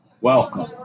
welcome